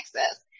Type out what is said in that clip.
access